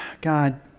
God